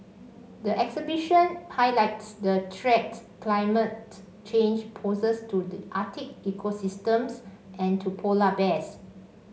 the exhibition highlights the threat climate change poses to the Arctic ecosystems and to polar bears